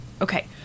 Okay